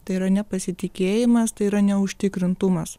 tai yra nepasitikėjimas tai yra neužtikrintumas